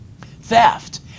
Theft